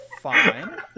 fine